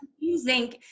confusing